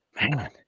man